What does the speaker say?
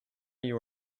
you